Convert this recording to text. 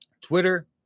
Twitter